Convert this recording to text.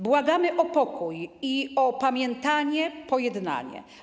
Błagamy o pokój, opamiętanie i pojednanie.